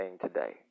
today